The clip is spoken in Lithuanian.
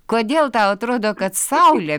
kodėl tau atrodo kad saulė